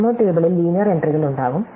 memo ടേബിളിൽ linear എൻട്രികൾ ഉണ്ടാകും